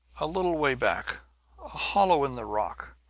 a little way back a hollow in the rock!